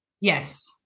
Yes